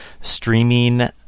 streaming